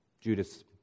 Judas